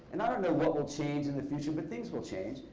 and i don't know what will change in the future, but things will change,